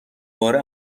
باره